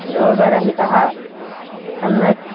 रोगरहितः सम्यक्